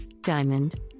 Diamond